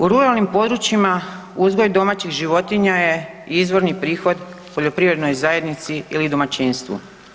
U ruralnim područjima uzgoj domaćih životinja je izvorni prohod poljoprivrednoj zajednici ili domaćinstvu.